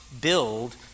build